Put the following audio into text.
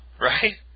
right